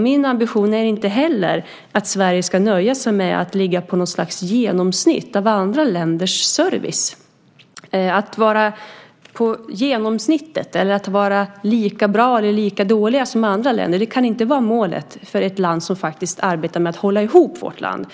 Min ambition är inte heller att Sverige ska nöja sig med att ligga på något slags genomsnitt av andra länders service. Att vara på genomsnittet eller att vara lika bra eller lika dåliga som andra länder kan inte vara målet för oss som faktiskt arbetar med att hålla ihop vårt land.